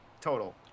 total